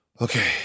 Okay